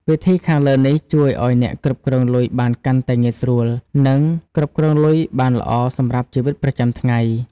វិធីខាងលើនេះជួយឱ្យអ្នកគ្រប់គ្រងលុយបានកាន់តែងាយស្រួល និងគ្រប់គ្រងលុយបានល្អសម្រាប់ជីវិតប្រចាំថ្ងៃ។